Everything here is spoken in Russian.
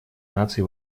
наций